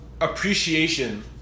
appreciation